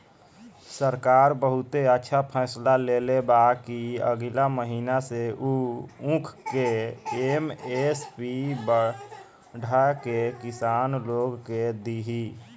सरकार बहुते अच्छा फैसला लेले बा कि अगिला महीना से उ ऊख के एम.एस.पी बढ़ा के किसान लोग के दिही